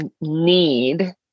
need